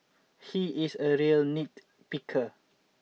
he is a real nitpicker